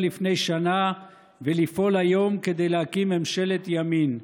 לפני שנה ולפעול היום כדי להקים ממשלת ימין.